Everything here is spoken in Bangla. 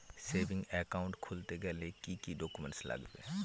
সেভিংস একাউন্ট খুলতে গেলে কি কি ডকুমেন্টস লাগবে?